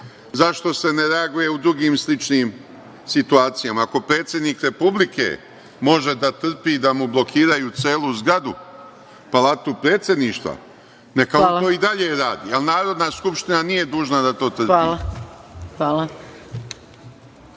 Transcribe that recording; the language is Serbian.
zašto se ne reaguje u drugim i sličnim situacijama, ako predsednik republike može da trpi i da mu blokiraju celu zgradu, Palatu predsedništva, neka on to i dalje radi, ali Narodna skupština nije dužna da to trpi.